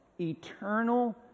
eternal